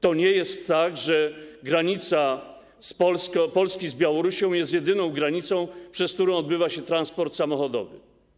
To nie jest tak, że granica Polski z Białorusią jest jedyną granicą, przez którą odbywa się transport samochodowy.